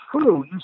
true